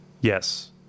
yes